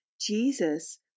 Jesus